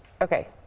okay